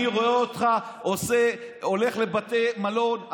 אני רואה אותך הולך לבתי מלון,